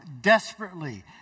desperately